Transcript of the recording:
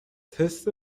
تست